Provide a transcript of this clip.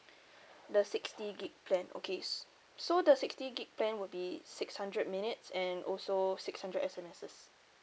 the sixty gig plan okay s~ so the sixty gig plan would be six hundred minutes and also six hundred S_M_Ss